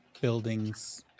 buildings